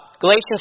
Galatians